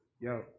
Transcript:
Yo